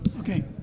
okay